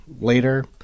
later